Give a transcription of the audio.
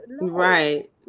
Right